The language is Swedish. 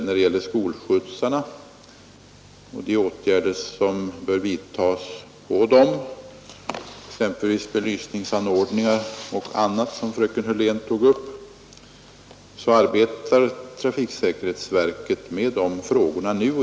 När det gäller skolskjutsarna och de åtgärder som Måndagen den bör vidtas för dem — belysningsanordningar och annat som fröken 11 december 1972 Hörlén tog upp — så arbetar trafiksäkerhetsverket med dessa problem.